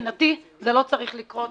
ומבחינתי זה לא צריך לקרות.